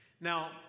Now